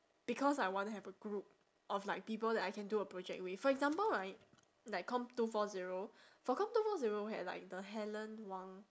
because I want to have a group of like people that I can do a project with for example right like comm two four zero for comm two four zero had like the helen wang